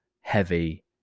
heavy